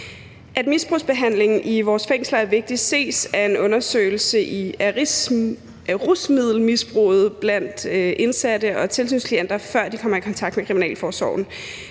Misbrugsbehandlingen i vores fængsler er vigtig, og det ses i en undersøgelse af rusmiddelmisbruget blandt indsatte og tilsynsklienter, før de kommer i kontakt med kriminalforsorgen.